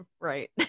right